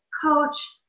coach